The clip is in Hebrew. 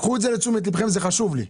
קחו את זה לתשומת ליבכם, זה חשוב לי.